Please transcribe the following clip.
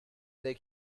they